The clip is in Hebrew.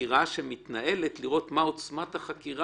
החקירה שמתנהלת כדי לראות מה עוצמת החקירה,